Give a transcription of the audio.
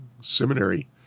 Seminary